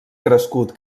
crescut